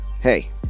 hey